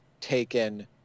taken